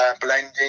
blending